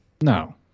No